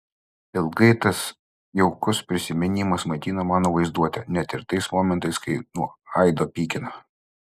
ilgai tas jaukus prisiminimas maitino mano vaizduotę net ir tais momentais kai nuo aido pykino